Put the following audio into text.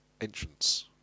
entrance